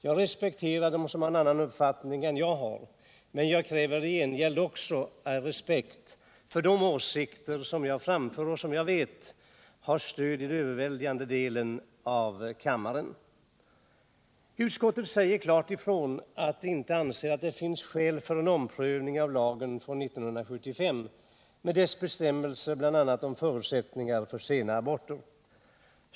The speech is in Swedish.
Jag respekterar dem som har en annan uppfattning än jag har, men jag kräver i gengäld också respekt för de åsikter som jag framför och som jag vet har stöd hos överväldigande delen av kammaren. Utskottet säger klart ifrån att det inte anser att det finns skäl för en omprövning av lagen från 1975 med dess bestämmelser bl.a. om förutsättningar för sena aborter.